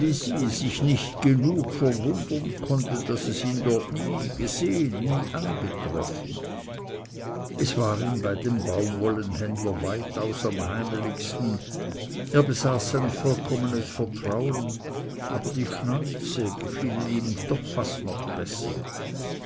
sich nicht genug verwundern konnte daß es ihn dort nie gesehen nie angetroffen es war ihm bei dem baumwollenhändler weitaus am heimeligsten er besaß sein vollkommenes vertrauen aber die schnäuze gefielen ihm doch fast noch besser